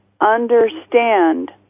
understand